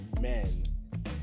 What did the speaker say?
men